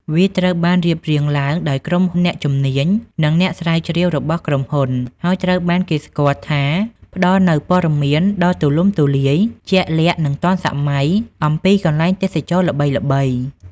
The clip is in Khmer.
វាត្រូវបានរៀបរៀងឡើងដោយក្រុមអ្នកជំនាញ និងអ្នកស្រាវជ្រាវរបស់ក្រុមហ៊ុន ហើយត្រូវបានគេស្គាល់ថាផ្ដល់នូវព័ត៌មានដ៏ទូលំទូលាយ ជាក់លាក់ និងទាន់សម័យអំពីកន្លែងទេសចរណ៍ល្បីៗ.